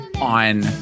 on